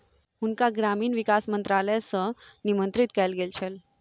हुनका ग्रामीण विकास मंत्रालय सॅ निमंत्रित कयल गेल छल